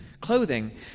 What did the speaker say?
clothing